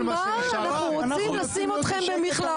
סליחה, מי אמר: אנחנו רוצים לשים אתכם במכלאות?